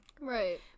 right